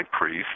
priest